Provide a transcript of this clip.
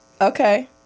Okay